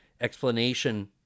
explanation